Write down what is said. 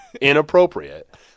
inappropriate